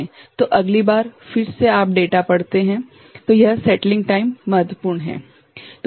तो अगली बार फिर से आप डेटा पढ़ते हैं - तो यह सेटलिंग टाइम महत्वपूर्ण है